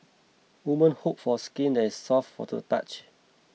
women hope for skin that is soft to the touch